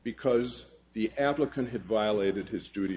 because the applicant had violated his duty